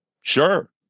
Sure